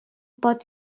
pot